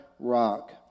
rock